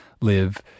live